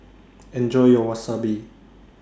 Enjoy your Wasabi